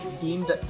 deemed